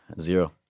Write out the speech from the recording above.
Zero